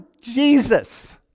Jesus